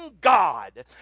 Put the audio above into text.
God